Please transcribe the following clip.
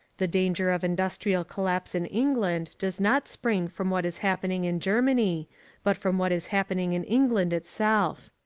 the danger of industrial collapse in england does not spring from what is happening in germany but from what is happening in england itself.